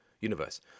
universe